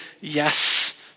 yes